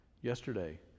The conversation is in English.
yesterday